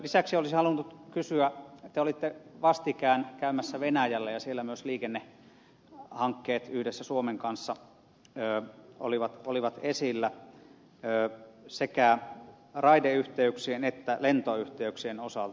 lisäksi olisin halunnut kysyä kun te olitte vastikään käymässä venäjällä ja siellä myös liikennehankkeet yhdessä suomen kanssa olivat esillä sekä raideyhteyksien että lentoyhteyksien osalta